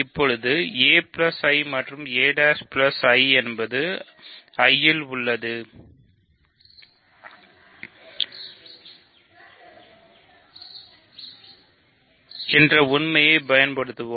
இப்போது aI மற்றும் a' I என்பது I ல் உள்ளது என்ற உண்மையைப் பயன்படுத்துவோம்